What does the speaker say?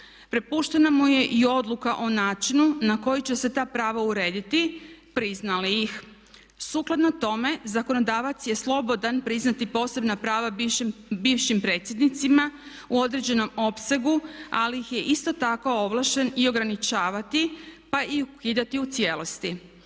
Prepuštena mu je i odluka o načinu na koji će se ta prava urediti, prizna li ih. Sukladno tome zakonodavac je slobodan priznati posebna prava bivšim predsjednicima u određenom opsegu, ali ih je isto tako ovlašten i ograničavati, pa i ukidati u cijelosti.